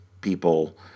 people